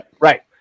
Right